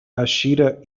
ashita